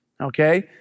Okay